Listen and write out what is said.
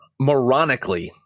moronically